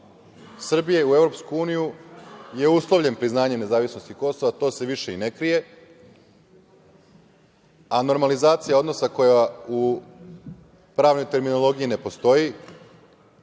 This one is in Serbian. Srbije u EU je uslovljen priznanjem nezavisnosti Kosova i to se više i ne krije, a normalizacija odnosa koja u pravnoj terminologiji ne postoji